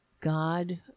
God